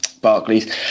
Barclays